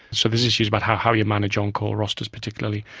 so there's issues about how how you manage on-call rosters particularly,